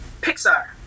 Pixar